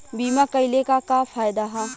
बीमा कइले का का फायदा ह?